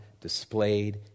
displayed